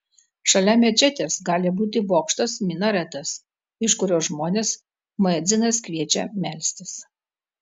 šalia mečetės gali būti bokštas minaretas iš kurio žmones muedzinas kviečia melstis